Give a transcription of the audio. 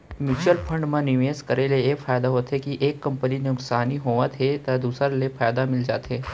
mutual fund म निवेस करे ले ए फायदा होथे के एक कंपनी ले नुकसानी होवत हे त दूसर ले फायदा मिल जाथे